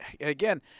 Again